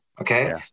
okay